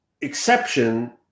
exception